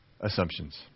assumptions